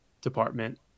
department